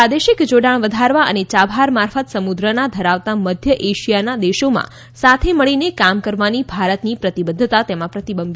પ્રાદેશિક જોડાણ વધારવા અને ચાબહાર મારફત સમુદ્ર ના ધરાવતા મધ્ય એશિયાના દેશોમાં સાથે મળીને કામ કરવાની ભારતની પ્રતિબદ્ધતા તેમાં પ્રતિબિંબિત થાય છે